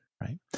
right